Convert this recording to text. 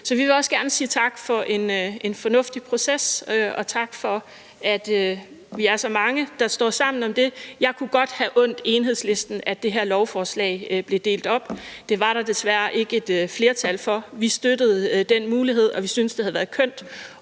Så vi vil også gerne sige tak for en fornuftig proces og sige tak for, at vi er så mange, der står sammen om det. Jeg kunne godt have undt Enhedslisten, at det her lovforslag blev delt op, men det var der desværre ikke flertal for. Vi støttede den mulighed, og vi syntes, det havde været kønt,